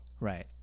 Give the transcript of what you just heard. Right